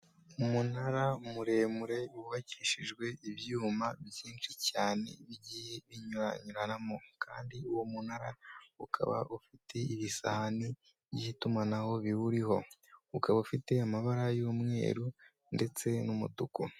Umunara muremure wubakishijwe ibyuma byinshi cyane bigiye binyuranyuranamo, kandi uwo munara ukaba ufite ibisahani by'itumanaho biwuriho, ukaba ufite amabara y'umweru ndetse n'umutuku.